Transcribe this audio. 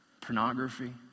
pornography